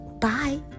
Bye